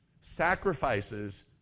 sacrifices